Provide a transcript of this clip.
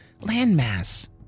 landmass